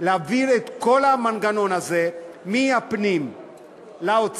להעביר את כל המנגנון הזה מהפנים לאוצר,